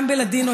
גם בלדינו.